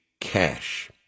CASH